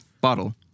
bottle